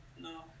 no